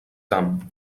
camp